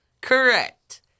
Correct